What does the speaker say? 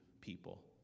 people